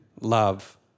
love